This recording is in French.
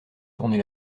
tourner